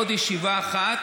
ובעוד ישיבה אחת